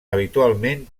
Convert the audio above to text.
habitualment